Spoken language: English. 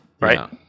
right